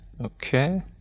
okay